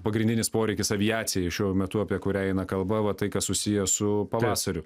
pagrindinis poreikis aviacijai šiuo metu apie kurią eina kalba va tai kas susiję su pavasariu